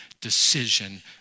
decision